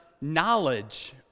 knowledge